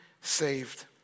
saved